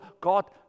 God